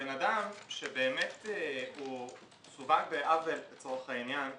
בן אדם שבאמת סווג בעוול לצורך העניין,